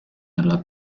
nella